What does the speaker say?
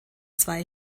zwei